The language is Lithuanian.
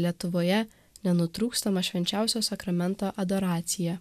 lietuvoje nenutrūkstamą švenčiausio sakramento adoraciją